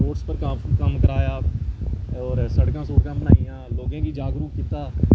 roads पर काफी कम्म कराया होर सड़कां सुड़कां बनाइयां लोकें गी जागरूक कीता